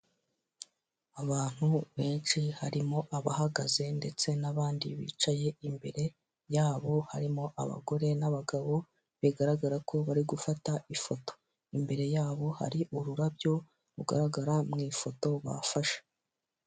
Abantu benshi harimo abahagaze ndetse n'abandi bicaye imbere yabo harimo abagore n'abagabo bigaragara ko bari gufata ifoto. Imbere yabo hari ururabyo rugaragara mu ifoto bafashe.